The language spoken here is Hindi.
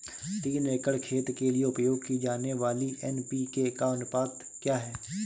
तीन एकड़ खेत के लिए उपयोग की जाने वाली एन.पी.के का अनुपात क्या है?